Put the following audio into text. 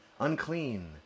Unclean